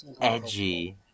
edgy